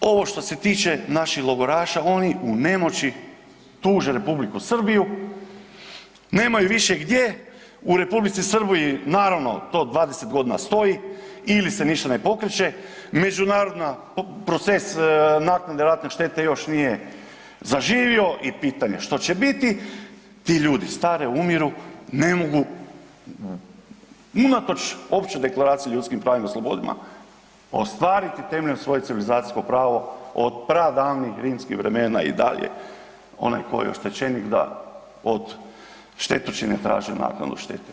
Također ovo što se tiče naših logoraša oni u nemoći tuže Republiku Srbiju, nemaju više gdje, u Republici Srbiji naravno to 20 godina stoji ili se ništa ne pokreće, međunarodni proces naknade ratne štete još nije zaživio i pitanje što će biti, ti ljudi stare, umiru, ne mogu unatoč Općoj deklaraciji o ljudskim pravima i slobodama ostvariti svoje temeljno svoje civilizacijsko pravo od pradavnih rimskih vremena i dalje onaj tko je oštećenik da od štetočine traži naknadu štete.